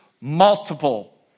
multiple